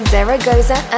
Zaragoza